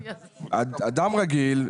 אדם רגיל,